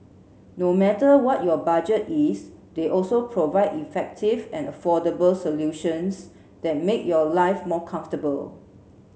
no matter what your budget is they also provide effective and affordable solutions that make your life more comfortable